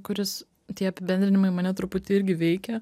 kuris tie apibendrinimai mane truputį irgi veikia